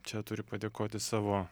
čia turiu padėkoti savo